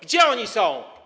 Gdzie oni są?